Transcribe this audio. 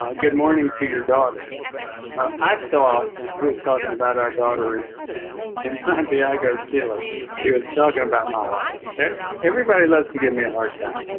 ah good morning to your daughter i thought he was talking about our daughter in santiago chile like he was talking about my wife yeah everybody loves to give me a hard time